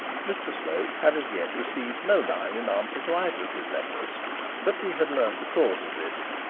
mr slope had as yet received no line in answer to either of his letters but he had learnt the cause of this.